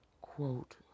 Quote